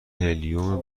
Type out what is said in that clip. هلیوم